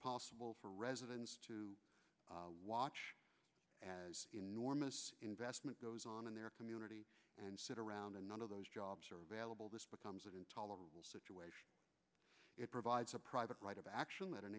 possible for residents to watch as normal investment goes on in their community and sit around and none of those jobs are available this becomes an intolerable situation it provides a private right of actual mat